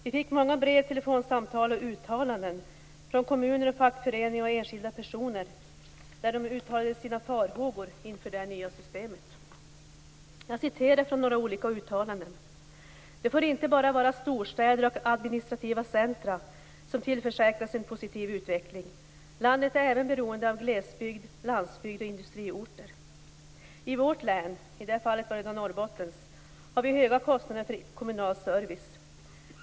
Vi fick många brev, telefonsamtal och uttalanden från kommuner, fackföreningar och enskilda personer, där de uttalade sina farhågor inför det nya systemet. Jag läser från några olika uttalanden: Det får inte bara vara storstäder och administrativa centrum som tillförsäkras en positiv utveckling. Landet är även beroende av glesbygd, landsbygd och industriorter. I vårt län - i det här fallet var det Norrbottens - har vi höga kostnader för kommunal service.